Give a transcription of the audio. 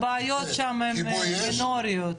הבעיות שם הם מינוריות.